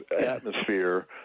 atmosphere